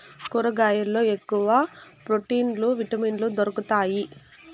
కూరగాయల్లో ఎక్కువ ప్రోటీన్లు విటమిన్లు దొరుకుతాయి